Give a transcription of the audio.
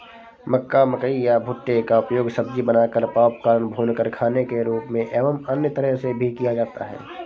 मक्का, मकई या भुट्टे का उपयोग सब्जी बनाकर, पॉपकॉर्न, भूनकर खाने के रूप में एवं अन्य तरह से भी किया जाता है